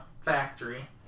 Factory